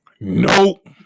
Nope